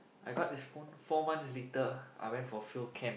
I got this phone four months later I went for field camp